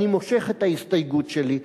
אני מושך את ההסתייגות שלי,